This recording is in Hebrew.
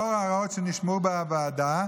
לאור ההערות שנשמעו בוועדה,